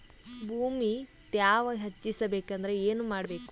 ಭೂಮಿ ತ್ಯಾವ ಹೆಚ್ಚೆಸಬೇಕಂದ್ರ ಏನು ಮಾಡ್ಬೇಕು?